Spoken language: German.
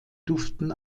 duften